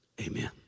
Amen